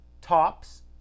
Tops